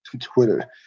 Twitter